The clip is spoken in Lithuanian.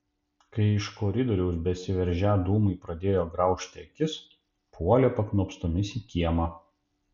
kai iš koridoriaus besiveržią dūmai pradėjo graužti akis puolė paknopstomis į kiemą